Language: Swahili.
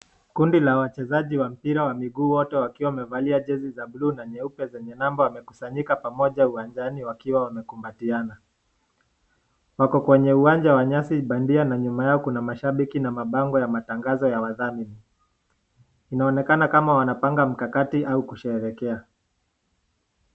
Kundi la wachezaji wa mpira wa mguu wote wakiwa wamevalia jezi za buluu na nyeupe zenye namba wamekusanyika pamoja uwanjani wakiwa wamekumbatiana. Wako kwenye uwanja wa nyasi bandia na nyuma yao kuna mashambiki na mabango ya matangazo ya wazamini. Inaonekana kama wanapanga mkakati au kusherehekea.